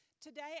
Today